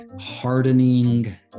hardening